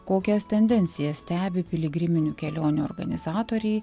kokias tendencijas stebi piligriminių kelionių organizatoriai